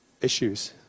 issues